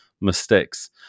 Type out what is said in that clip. mistakes